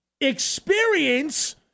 experience